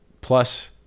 Plus